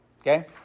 okay